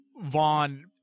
Vaughn